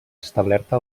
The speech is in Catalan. establerta